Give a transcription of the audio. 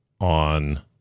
on